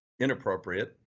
inappropriate